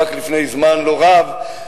רק לפני זמן לא רב,